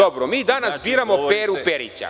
Dobro, mi danas biramo Peru Perića.